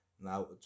now